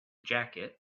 jacket